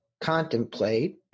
contemplate